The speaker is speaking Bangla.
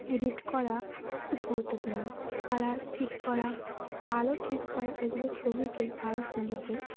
এডিট করা খুব গুরুত্বপূর্ণ কালার ঠিক করা আলো ঠিক করা এগুলো ছবিকে আরও সুন্দর করে তো